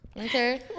okay